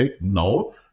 No